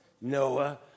noah